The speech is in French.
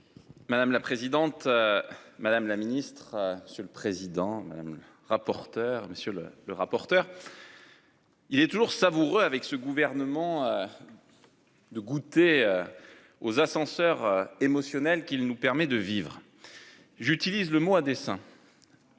Madame la présidente. Madame la ministre sur le président, madame le rapporteur Monsieur le le rapporteur. Il est toujours savoureux avec ce gouvernement. De goûter. Aux ascenseur émotionnel qu'il nous permet de vivre. J'utilise le mot à dessein.